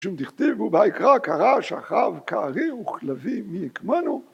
משום דכתיב הוא בהאי קרא כרע שכב כארי וכלביא מי יקמנו